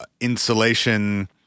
insulation